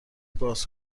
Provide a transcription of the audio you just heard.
باز